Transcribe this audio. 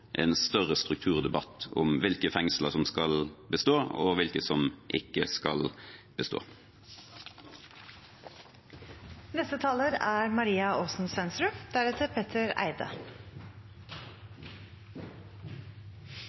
en større strukturdebatt om hvilke fengsler som skal bestå, og hvilke som ikke skal